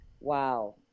wow